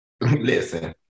Listen